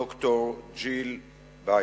ד"ר ג'יל ביידן.